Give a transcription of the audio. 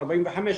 45,